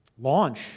launch